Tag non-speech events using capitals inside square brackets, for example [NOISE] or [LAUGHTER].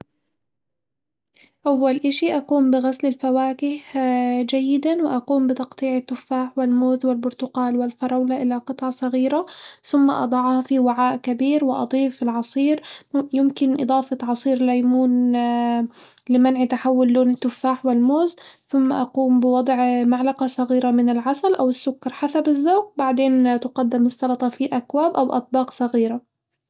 أول إشي أقوم بغسل الفواكه [HESITATION] جيدًا وأقوم بتقطيع التفاح والموز والبرتقال والفراولة إلى قطع صغيرة ثم أضعها في وعاء كبير وأضيف العصير، يمكن إضافة عصير ليمون [HESITATION] لمنع تحول لون التفاح والموز، ثم اقوم بوضع معلقة صغيرة من العسل أو السكر حسب الذوق بعدين تقدم السلطة في أكواب او أطباق صغيرة.